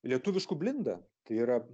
lietuvišku blinda tai yra